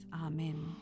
Amen